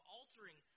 altering